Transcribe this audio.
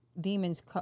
Demons